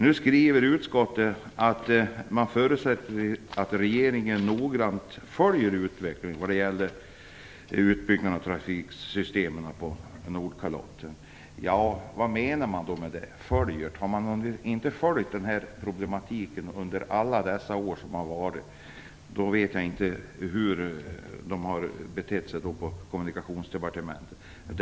Nu skriver utskottet att man förutsätter att regeringen noga följer utvecklingen när det gäller utbyggnaden av trafiksystemen på Nordkalotten. Vad menar man då med det? Har man på Kommunikationsdepartementet inte följt den här problematiken tidigare under alla dessa år?